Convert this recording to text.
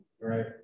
Right